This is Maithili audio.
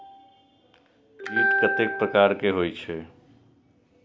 कीट कतेक प्रकार के होई छै?